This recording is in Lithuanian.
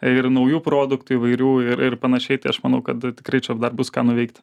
ir naujų produktų įvairių ir ir panašiai tai aš manau kad tikrai čia dar bus ką nuveikt